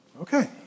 Okay